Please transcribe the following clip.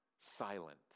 Silent